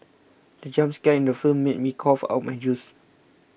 the jump scare in the film made me cough out my juice